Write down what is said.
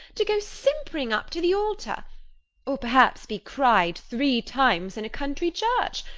to go simpering up to the altar or perhaps be cried three times in a country church,